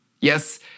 Yes